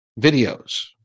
videos